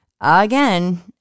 Again